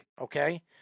Okay